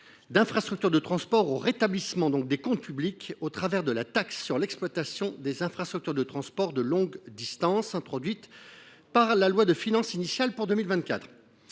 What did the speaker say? d’infrastructures de transport au rétablissement des comptes publics, au travers de la taxe sur l’exploitation des infrastructures de transport de longue distance (TEITLD) introduite par la loi de finances initiale pour 2024.